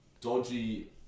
dodgy